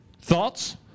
Thoughts